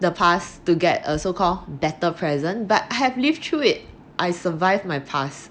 the past to get a so call better present but I have live through it I survive my past